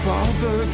Father